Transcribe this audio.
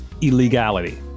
illegality